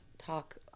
talk